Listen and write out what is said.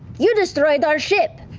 you destroyed our ship,